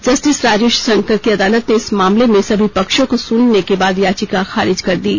justice Rajesh Shankar की अदालत ने इस मामले में सभी पक्षो को सुनने के बाद याचिका खारिज कर दी है